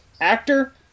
Actor